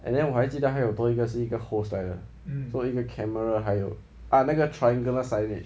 and then 我还记得还有多一个是一个 host 来的多一个 camera 还有 ah 那个 triangular signage